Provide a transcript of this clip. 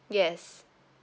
yes